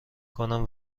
کنم